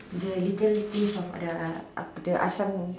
the little taste of the the Asam